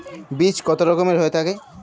বীজ কত রকমের হয়ে থাকে?